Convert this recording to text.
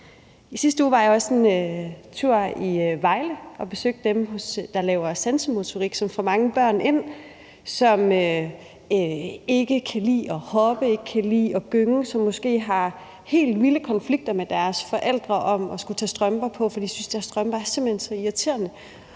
I sidste uge var jeg også en tur i Vejle, og jeg besøgte dem, der laver sansemotorik. De får mange børn ind, som ikke kan lide at hoppe, ikke kan lide at gynge og måske har helt vilde konflikter med deres forældre om at skulle tage strømper på, fordi de synes, at deres strømper simpelt hen er så irriterende.